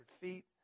feet